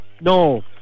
no